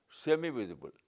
semi-visible